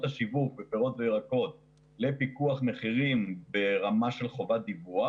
השיווק בפירות וירקות לפיקוח מחירים ברמה של חובת דיווח.